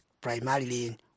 primarily